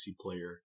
Player